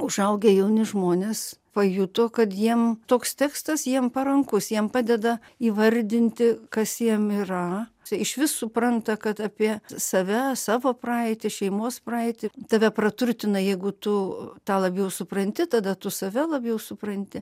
užaugę jauni žmonės pajuto kad jiem toks tekstas jiems parankus jiem padeda įvardinti kas jiem yra čia išvis supranta kad apie save savo praeitį šeimos praeitį tave praturtina jeigu tu tą labiau supranti tada tu save labiau supranti